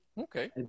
Okay